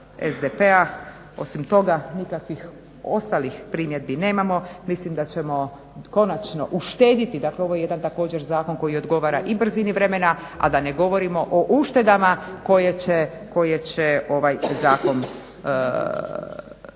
SDP-a osim toga nikakvih ostalih primjedbi nemamo. Mislim da ćemo konačno uštedit, dakle ovo je jedan također zakon koji odgovara i brzini vremena, a da ne govorimo o uštedama koje će ovaj zakon donijeti.